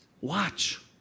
watch